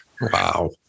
Wow